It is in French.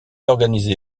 organisé